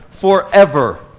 forever